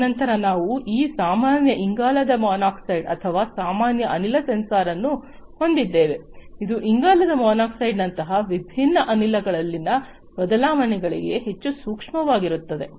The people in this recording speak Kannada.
ತದನಂತರ ನಾವು ಈ ಸಾಮಾನ್ಯ ಇಂಗಾಲದ ಮಾನಾಕ್ಸೈಡ್ ಅಥವಾ ಸಾಮಾನ್ಯ ಅನಿಲ ಸೆನ್ಸರ್ ಅನ್ನು ಹೊಂದಿದ್ದೇವೆ ಇದು ಇಂಗಾಲದ ಮಾನಾಕ್ಸೈಡ್ನಂತಹ ವಿಭಿನ್ನ ಅನಿಲಗಳಲ್ಲಿನ ಬದಲಾವಣೆಗಳಿಗೆ ಹೆಚ್ಚು ಸೂಕ್ಷ್ಮವಾಗಿರುತ್ತದೆ